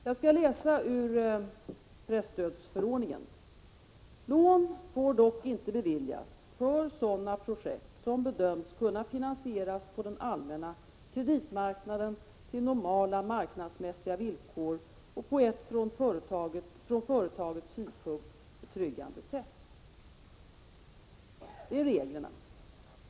Jag skall läsa ur presstödsförordningen: ”Lån får dock inte beviljas för sådana projekt som bedöms kunna finansieras på den allmänna kreditmarknaden till normala marknadsmässiga' villkor och på ett från företagets synpunkt betryggande sätt.” Det är vad reglerna innebär.